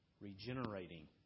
regenerating